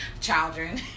Children